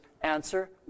answer